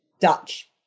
Dutch